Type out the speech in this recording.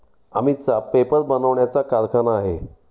अमितचा पेपर बनवण्याचा कारखाना आहे